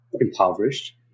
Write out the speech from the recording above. impoverished